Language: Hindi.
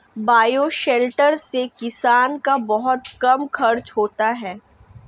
बायोशेलटर से किसान का बहुत कम खर्चा होता है